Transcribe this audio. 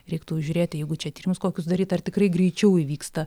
reiktų žiūrėti jeigu čia tyrimus kokius daryt ar tikrai greičiau įvyksta